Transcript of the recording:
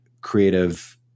creative